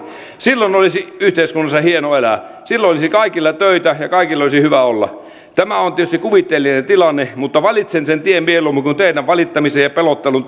silloin olisi yhteiskunnassa hienoa elää silloin olisi kaikilla töitä ja kaikilla olisi hyvä olla tämä on tietysti kuvitteellinen tilanne mutta valitsen sen tien mieluummin kuin teidän valittamisen ja pelottelun